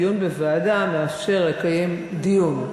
דיון בוועדה מאפשר לקיים דיון.